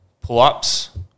pull-ups